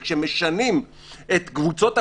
וכשמשנים את קבוצות הבדיקות,